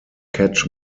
catch